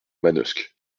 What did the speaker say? manosque